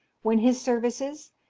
when his services,